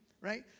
right